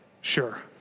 Sure